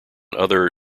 other